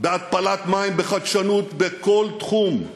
בהתפלת מים, בחדשנות בכל תחום,